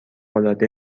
العاده